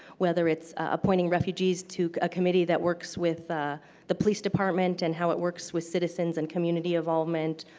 whether it's appointing refugees to a committee that works with the police department and how it works with citizens and community involvement.